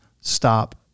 stop